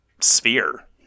sphere